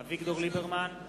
אביגדור ליברמן,